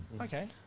Okay